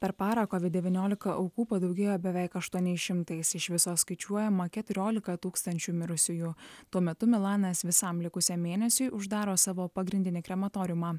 per parą covid devyniolika aukų padaugėjo beveik aštuoniais šimtais iš viso skaičiuojama keturiolika tūkstančių mirusiųjų tuo metu milanas visam likusiam mėnesiui uždaro savo pagrindinį krematoriumą